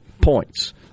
points